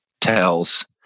tells